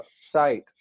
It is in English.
site